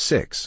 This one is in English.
Six